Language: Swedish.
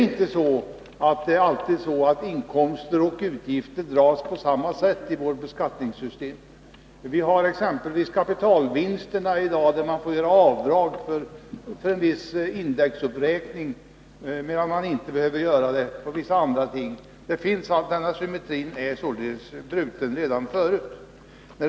Inkomster och utgifter dras inte alltid på samma sätt i vårt skattesystem. När det gäller kapitalvinster får man göra avdrag för en viss indexuppräkning, medan man inte får göra det beträffande andra ting. Symmetrin är alltså bruten redan nu.